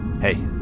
hey